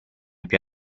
più